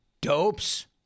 Dopes